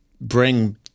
bring